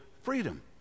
freedom